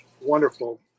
wonderful